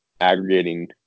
aggregating